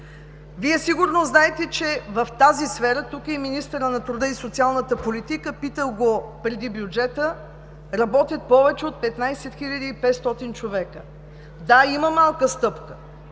Вие сигурно знаете, че в тази сфера – тук е и министърът на труда и социалната политика, питах го преди бюджета – работят повече от 15 500 човека. Да, има малка стъпка,